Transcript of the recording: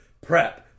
prep